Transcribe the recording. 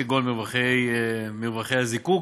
כגון מרווחי הזיקוק,